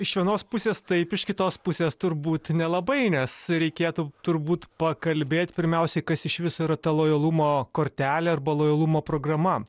iš vienos pusės taip iš kitos pusės turbūt nelabai nes reikėtų turbūt pakalbėti pirmiausia kas iš viso yra ta lojalumo kortelė arba lojalumo programa